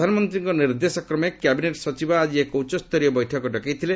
ପ୍ରଧାନମନ୍ତ୍ରୀଙ୍କ ନିର୍ଦ୍ଦେଶକ୍ରମେ କ୍ୟାବିନେଟ୍ ସଚିବ ଆଜି ଏକ ଉଚ୍ଚସ୍ତରୀୟ ବୈଠକ ଡକାଇଥିଲେ